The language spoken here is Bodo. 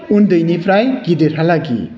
उन्दैनिफ्राय गिदिरहा लागि